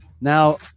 Now